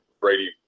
Brady